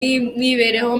imibereho